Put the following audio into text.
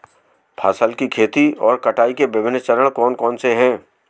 फसल की खेती और कटाई के विभिन्न चरण कौन कौनसे हैं?